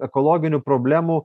ekologinių problemų